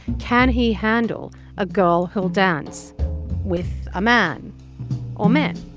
can he handle a girl who'll dance with a man or men